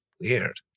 Weird